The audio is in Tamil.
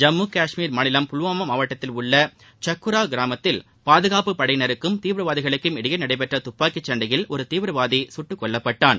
ஜம்மு கஷ்மீர் மாநிலம் புல்வாமா மாவட்டத்தில் உள்ள சக்குரா கிராமத்தில் பாதுகாப்பு படையினருக்கும் தீவிரவாதிகளுக்கும் இடையே நடைபெற்ற துப்பாக்கிச் சண்டையில் ஒரு தீவிரவாதி கட்டிக்கொல்லப்பட்டான்